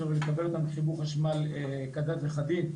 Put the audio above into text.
ולקבל אותם כחיבור חשמל כדת וכדין,